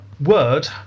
Word